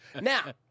Now